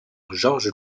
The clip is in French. georges